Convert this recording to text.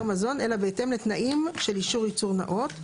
מזון אלא בהתאם לתנאים של אישור ייצור נאות,